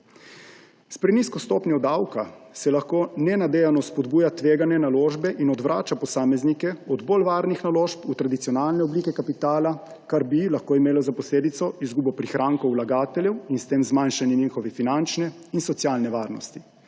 S prenizko stopnjo davka se lahko nenadejano spodbuja tvegane naložbe in odvrača posameznike od bolj varnih naložb v tradicionalne oblike kapitala, kar bi lahko imelo za posledico izgubo prihrankov vlagateljev in s tem zmanjšanje njihove finančne in socialne varnosti.